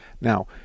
Now